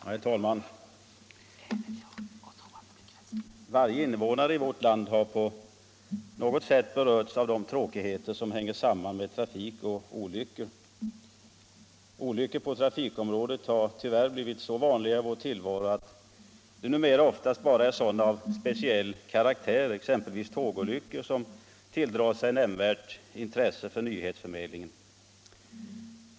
Herr talman! Varje invånare i vårt land har på något sätt berörts av de tråkigheter som hänger samman med trafikolyckor. Olyckor på trafikområdet har tyvärr blivit så vanliga i vår tillvaro att det numera oftast bara är sådana av speciell karaktär, exempelvis tågolyckor, som tilldrar sig nämnvärt intresse i nyhetsförmedlingen.